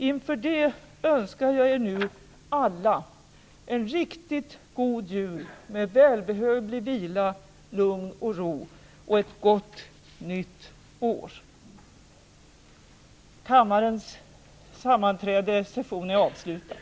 Inför det önskar jag er alla en riktigt god jul, med välbehövlig vila, lugn och ro och ett gott nytt år. Kammarens session är avslutad.